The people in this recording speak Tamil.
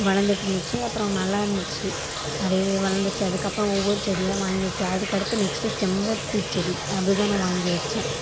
வளந்துட்டுருந்துச்சி அப்புறம் நல்லா இருந்துச்சு நிறைய வளர்ந்துச்சி அதுக்கப்புறம் ஒவ்வொரு செடியாக வாங்கி வைக்க அதுக்கடுத்து நெக்ஸ்ட்டு செம்பருத்திச்செடி அது தான் நான் வாங்கி வைச்சேன்